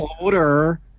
older